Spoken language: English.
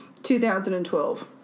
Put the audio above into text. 2012